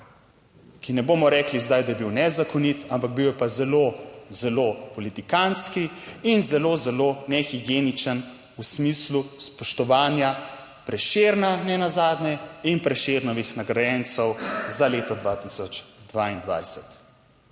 ki, ne bomo rekli zdaj, da je bil nezakonit, ampak bil je pa zelo, zelo politikantski in zelo, zelo nehigieničen v smislu spoštovanja Prešerna nenazadnje in Prešernovih nagrajencev za leto 2022.